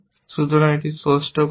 সুতরাং এটি ষষ্ঠ কর্ম